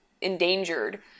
endangered